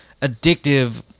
addictive